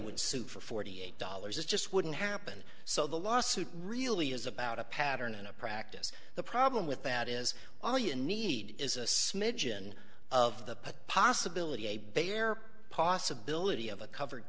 would sue for forty eight dollars just wouldn't happen so the lawsuit really is about a pattern and a practice the problem with that is all you need is a smidgen of the possibility a bare possibility of a covered